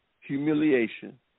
humiliation